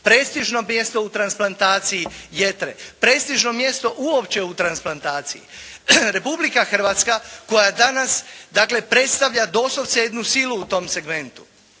prestižno mjesto u transplantaciji jetre, prestižno mjesto uopće u transplantaciji. Republika Hrvatska koja danas dakle predstavlja doslovce jednu silu u tom segmentu.